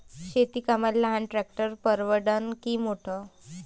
शेती कामाले लहान ट्रॅक्टर परवडीनं की मोठं?